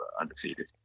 Undefeated